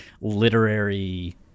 literary